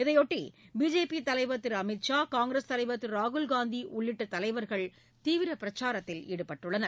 இதையொட்டி பிஜேபி தலைவர் திரு அமித் ஷா காங்கிரஸ் தலைவர் திரு ராகுல் காந்தி உள்ளிட்ட தலைவர்கள் தீவிர பிரச்சாரத்தில் ஈடுபட்டுள்ளனர்